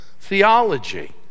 theology